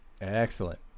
Excellent